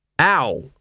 Ow